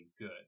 good